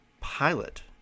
pilot—